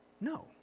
No